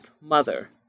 mother